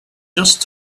just